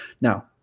Now